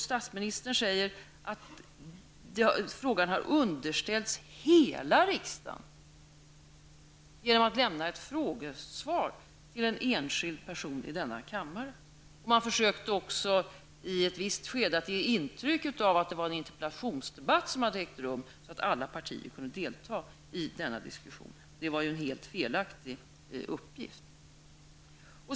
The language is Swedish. Statsministern sade vid utfrågningen att frågan hade underställts hela riksdagen, och han syftade då på ett frågesvar som hade lämnats till en enskild person i denna kammare. Man försökte också i ett visst skede ge intryck av att det var en interpellationsdebatt som hade ägt rum och att alla partier i och med detta hade kunnat delta i diskussionen. Det var emellertid en helt felaktig uppgift.